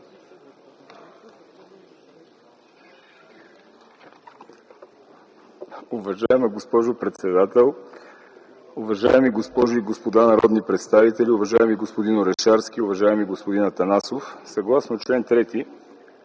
Уважаема госпожо председател, уважаеми госпожи и господа народни представители, уважаеми господин Орешарски, уважаеми господин Атанасов! Съгласно чл. 3 от